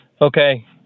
Okay